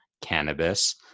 cannabis